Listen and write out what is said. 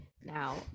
now